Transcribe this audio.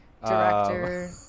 director